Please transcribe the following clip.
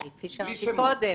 כפי שאמרתי קודם,